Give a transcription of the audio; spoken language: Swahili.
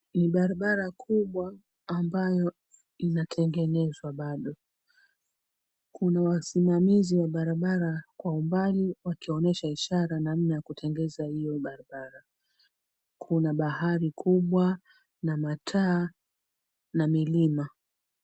Ni barabara kubwa ambayo inatengenezwa bado. Kuna wasimamizi wa barabara kwa umbali wakionyesha ishara nanna ya kutengeneza hio barabara. Kuna bahari kubwa na mataa na milima.